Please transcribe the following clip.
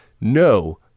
no